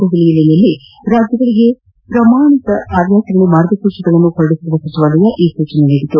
ದೆಹಲಿಯಲ್ಲಿ ನಿನ್ನೆ ರಾಜ್ಯಗಳಿಗೆ ಪ್ರಮಾಣಿತ ಕಾರ್ಯಾಚರಣೆ ಮಾರ್ಗಸೂಚಿಗಳನ್ನು ಹೊರಡಿಸಿರುವ ಸಚಿವಾಲಯ ಈ ಸೂಚನೆ ನೀಡಿದೆ